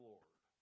Lord